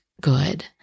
good